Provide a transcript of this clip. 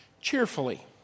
cheerfully